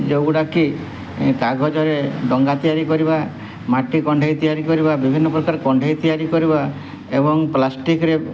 ଯେଉଁଗୁଡ଼ାକି କାଗଜରେ ଡଙ୍ଗା ତିଆରି କରିବା ମାଟି କଣ୍ଢେଇ ତିଆରି କରିବା ବିଭିନ୍ନ ପ୍ରକାର କଣ୍ଢେଇ ତିଆରି କରିବା ଏବଂ ପ୍ଲାଷ୍ଟିକ୍ରେ